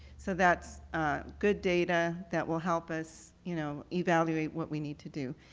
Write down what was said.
so that good data that will help us you know evaluate what we need to do.